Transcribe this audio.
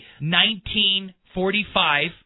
1945